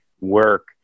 work